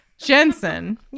Jensen